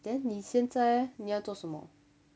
then 你现在哦你要做什么